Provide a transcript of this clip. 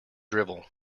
drivel